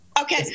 Okay